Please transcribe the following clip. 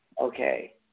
Okay